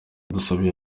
dusabe